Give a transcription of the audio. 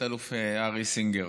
תת-אלוף ארי סינגר.